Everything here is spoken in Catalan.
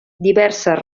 diverses